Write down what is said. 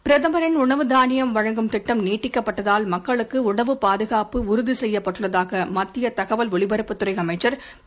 பிரதமரின் உணவு தானியம் வழங்கும் திட்டம் நீட்டக்கப்பட்டதால் மக்களுக்கு உணவு பாதுகாப்பு உறுதி செய்யப்பட்டுள்ளதாக மத்திய தகவல் ஓலிபரப்புத் துறை அமைச்சர் திரு